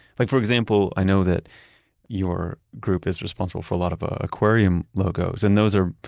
like, for example, i know that your group is responsible for a lot of ah aquarium logos and those are,